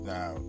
Now